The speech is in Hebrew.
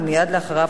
ומייד אחריו,